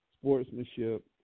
sportsmanship